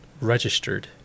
registered